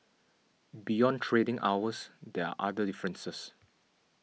beyond trading hours there are other differences